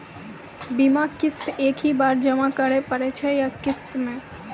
बीमा किस्त एक ही बार जमा करें पड़ै छै या किस्त मे?